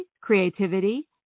creativity